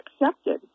accepted